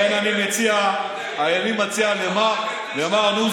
לכן אני מציע למר נוסבאום,